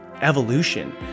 evolution